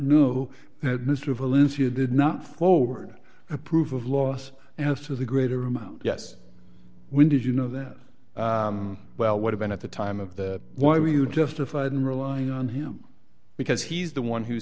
not forward approve of loss as to the greater amount yes when did you know that well would have been at the time of the why were you justified in relying on him because he's the one who